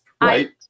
Right